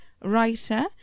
writer